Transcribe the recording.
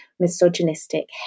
misogynistic